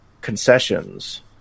concessions